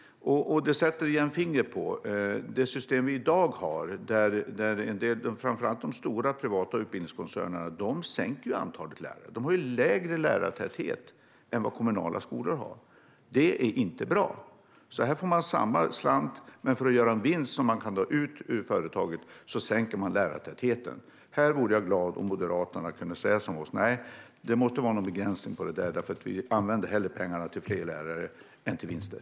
Detta sätter åter fingret på det system som vi i dag har, där framför allt de stora privata utbildningskoncernerna minskar antalet lärare. De har lägre lärartäthet än vad kommunala skolor har. Det är inte bra. De får samma slant, men för att de ska kunna göra en vinst som de kan ta ut ur företaget minskar de lärartätheten. I fråga om detta vore jag glad om Moderaterna kunde säga som vi gör: Nej, det måste vara någon begränsning för detta. Vi använder hellre pengarna till fler lärare än till vinster.